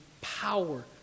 power